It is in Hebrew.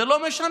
זה לא משנה,